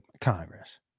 Congress